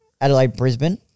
Adelaide-Brisbane